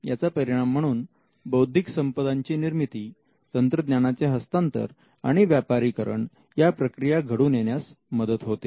याचा परिणाम म्हणून बौद्धिक संपदाची निर्मिती तंत्रज्ञानाचे हस्तांतर आणि व्यापारीकरण या प्रक्रिया घडून येण्यास मदत होते